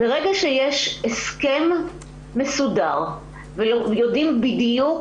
ברגע שיש הסכם מסודר ויודעים בדיוק